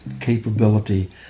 capability